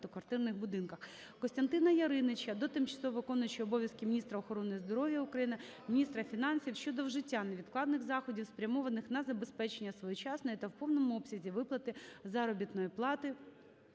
Костянтина Яриніча до тимчасово виконуючої обов'язки міністра охорони здоров'я України, міністра фінансів щодо вжиття невідкладних заходів, спрямованих на забезпечення своєчасної та в повному обсязі виплати заробітної плати